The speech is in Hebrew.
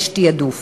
יש תעדוף.